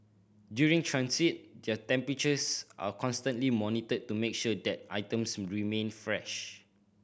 during transit their temperatures are constantly monitored to make sure that items remain fresh